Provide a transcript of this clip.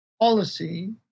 policy